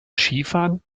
skifahren